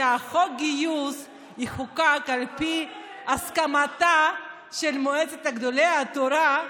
שחוק הגיוס יחוקק על פי הסכמתה של מועצת גדולי התורה,